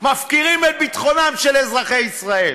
מפקירים את ביטחונם של אזרחי ישראל.